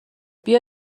بیا